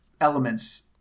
elements